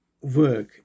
work